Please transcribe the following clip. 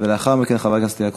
ולאחר מכן, חבר הכנסת יעקב